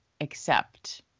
accept